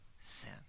sin